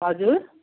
हजुर